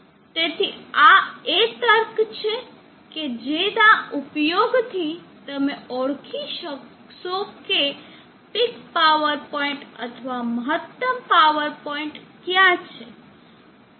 તેથી આ તે તર્ક છે કે જેના ઉપયોગ થી તમે ઓળખી શકશો કે પીક પાવર પોઇન્ટ અથવા મહત્તમ પાવર પોઇન્ટ ક્યાં છે